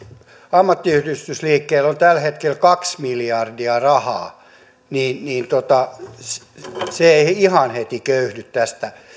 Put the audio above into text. ammattiyhdistysliikkeellä on tällä hetkellä kaksi miljardia rahaa se ei ihan heti köyhdy tästä